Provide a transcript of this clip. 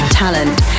talent